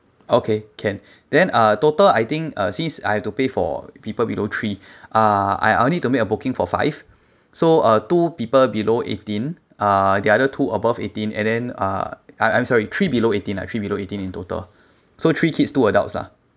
okay can then uh total I think uh since I have to pay for people below three uh I I'll need to make a booking for five so uh two people below eighteen uh the other two above eighteen and then uh I I'm sorry three below eighteen lah three below eighteen in total so three kids two adults lah